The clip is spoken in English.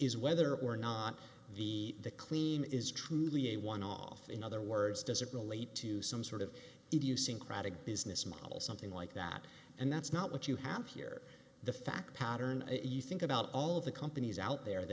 is whether or not the the clean is truly a one off in other words does it relate to some sort of idiosyncratic business model something like that and that's not what you have here the fact pattern if you think about all of the companies out there